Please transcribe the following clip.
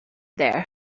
there